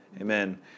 Amen